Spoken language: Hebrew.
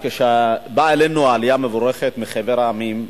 כשבאה אלינו גם העלייה המבורכת מחבר המדינות,